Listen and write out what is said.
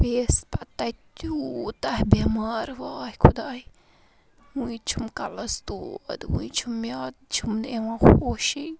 پیٚیَس پتہٕ تِیوٗتاہ بیٚمار واے خوداے وٕنۍ چھُم کَلَس دود وٕنۍ چھُم مِیادٕ چھُم نہٕ یِوان ہوشی